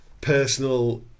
personal